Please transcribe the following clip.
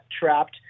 trapped